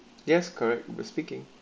yes correct we're speaking